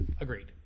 Agreed